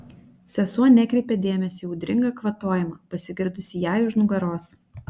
sesuo nekreipė dėmesio į audringą kvatojimą pasigirdusį jai už nugaros